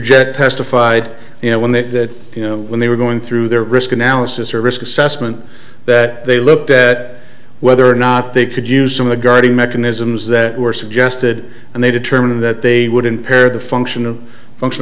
jett testified you know when that you know when they were going through their risk analysis or risk assessment that they looked at whether or not they could use some of the guiding mechanisms that were suggested and they determined that they would impair the function of function